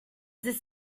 this